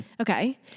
Okay